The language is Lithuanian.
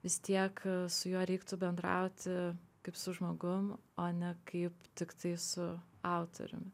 vis tiek su juo reiktų bendrauti kaip su žmogum o ne kaip tiktai su autoriumi